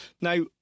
Now